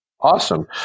Awesome